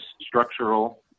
structural